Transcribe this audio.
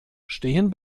stehen